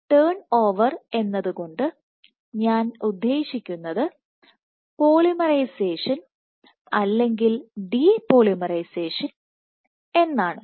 turn over എന്നതുകൊണ്ട് ഞാൻ ഉദ്ദേശിക്കുന്നത് പോളിമറൈസേഷൻ അല്ലെങ്കിൽ ഡി പോളിമറൈസേഷൻ എന്നാണ്